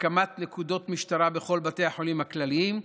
הקמת נקודות משטרה בכל בתי החולים הכלליים.